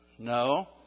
No